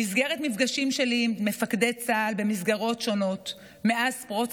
במפגשים שלי עם מפקדי צה"ל במסגרות שונות מאז פרוץ